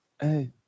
Hey